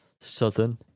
southern